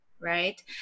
Right